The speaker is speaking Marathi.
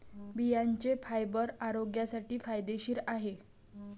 बियांचे फायबर आरोग्यासाठी फायदेशीर आहे